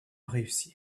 réussir